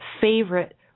favorite